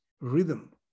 Rhythm